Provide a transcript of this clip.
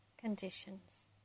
conditions